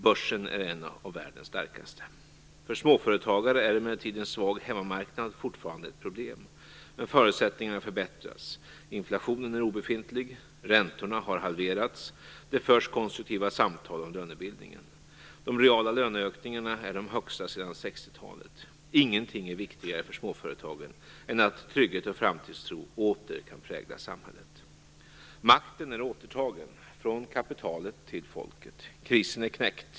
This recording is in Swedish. Börsen är en av världens starkaste. För småföretagarna är emellertid en svag hemmamarknad fortfarande ett problem. Men förutsättningarna förbättras. Inflationen är obefintlig. Räntorna har halverats. Det förs konstruktiva samtal om lönebildningen. De reala löneökningarna är de högsta sedan 60-talet. Ingenting är viktigare för småföretagen än att trygghet och framtidstro åter kan prägla samhället. Makten är återtagen från kapitalet till folket. Krisen är knäckt.